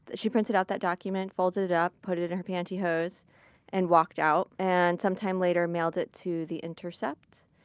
she prints it out, that document, folds it it up, put it it in her pantyhose and walked out, and sometime later mailed it to the intercept,